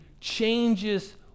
changes